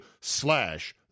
slash